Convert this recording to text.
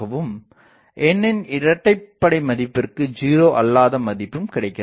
மற்றும் n னின் இரட்டைப்படை மதிப்பிற்கு 0 அல்லாத மதிப்பும் கிடைக்கிறது